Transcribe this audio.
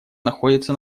находится